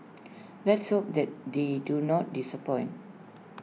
let's hope that they do not disappoint